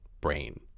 brain